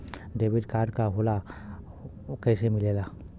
Debit card का होला कैसे मिलेला?